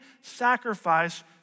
sacrifice